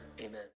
Amen